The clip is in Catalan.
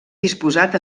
disposat